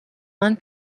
man